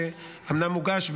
שאומנם הוגש,